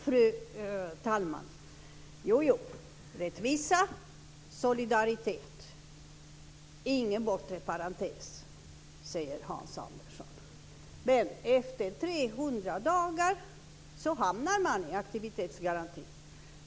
Fru talman! Hans Andersson talar om rättvisa och solidaritet och att det inte ska vara någon bortre parentes. Men efter 300 dagar hamnar man i aktivitetsgaranti.